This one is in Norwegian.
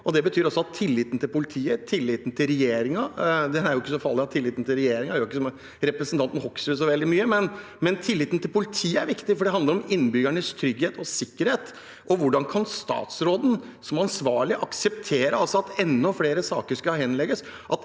mye, men tilliten til politiet er viktig, for det handler om innbyggernes trygghet og sikkerhet. Hvordan kan statsråden, som ansvarlig, akseptere at enda flere saker henlegges,